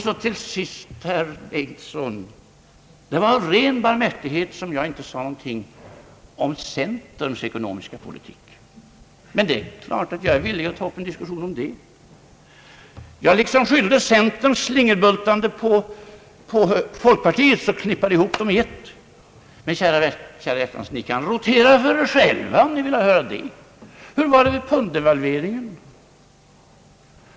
Så till sist — det var av ren barmhärlighet som jag inte sade någonting om centerns ekonomiska politik. Men det är klart att jag är villig att ta upp en diskussion om den. Jag liksom skyllde centerns slingerbultande på folkpartiets och knippade ihop dem i ett. Men, kära hjärtanes, ni kan rotera för er själva, om ni vill göra det! Hur var det med punddevalveringen?